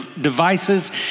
devices